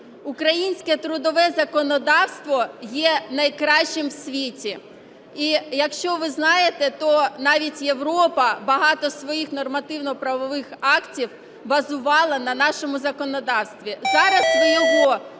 Українське трудове законодавство є найкращим у світі. І якщо ви знаєте, то навіть Європа багато своїх нормативно-правових актів базувала на нашому законодавстві. Зараз ви його